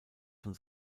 von